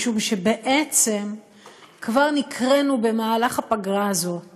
משום שבעצם כבר נקראנו במהלך הפגרה הזאת